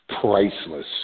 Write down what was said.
Priceless